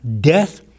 death